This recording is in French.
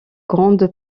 grande